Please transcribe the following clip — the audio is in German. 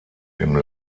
dem